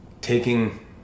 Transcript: taking